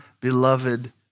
beloved